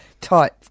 tight